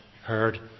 heard